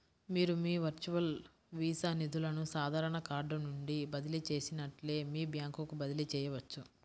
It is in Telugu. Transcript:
మీరు మీ వర్చువల్ వీసా నిధులను సాధారణ కార్డ్ నుండి బదిలీ చేసినట్లే మీ బ్యాంకుకు బదిలీ చేయవచ్చు